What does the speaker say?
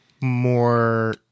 More